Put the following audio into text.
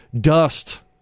dust